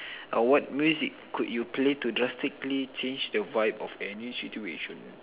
uh what music could you play to drastically change the vibe of any situation